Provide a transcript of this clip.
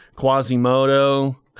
Quasimodo